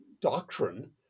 doctrine